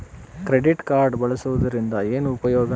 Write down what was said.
Credit card ಬಳಸುವದರಿಂದ ಏನು ಉಪಯೋಗ?